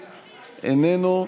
איננו.